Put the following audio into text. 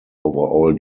overall